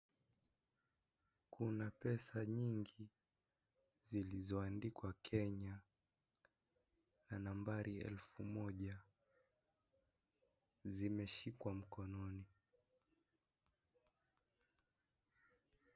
Kuna pesa nyingi zilizoandikwa Kenya na nambari elfu moja zimeshikwa mkononi.